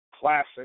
classic